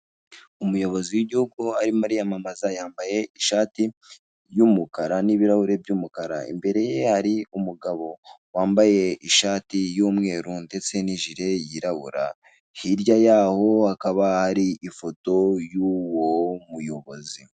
Umuyobozi w'igihugu arimo ariyamamaza yambaye ishati y'umukara n'ibirahuri by'umukara. Imbere ye hari umugabo wambaye ishati y'umweru ndetse n'ijire yirabura. Hirya yaho hakaba hari ifoto y'uwo muyobozi.